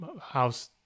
house